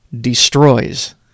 destroys